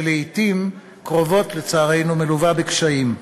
שלעתים קרובות, לצערנו, מלווה בקשיים.